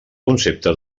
concepte